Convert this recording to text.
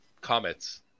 comets